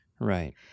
Right